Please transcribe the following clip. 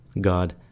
God